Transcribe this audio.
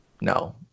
No